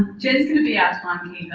jen's going to be our um